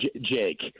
jake